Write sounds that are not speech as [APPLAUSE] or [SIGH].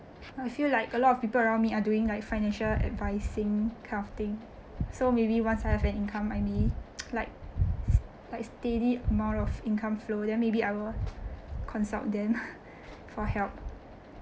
I feel like a lot of people around me are doing like financial advising kind of thing so maybe once I have an income I mean like [NOISE] like steady amount of income flow then maybe I will consult them [LAUGHS] for help